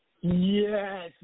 Yes